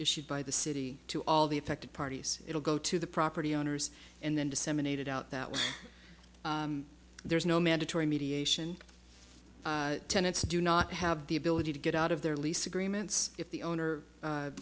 issued by the city to all the affected parties it'll go to the property owners and then disseminated out that there's no mandatory mediation tenants do not have the ability to get out of their lease agreements if the owner